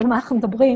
על מה אנחנו מדברים.